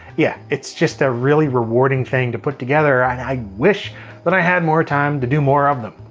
yeah, it's just a really rewarding thing to put together, and i wish that i had more time to do more of them.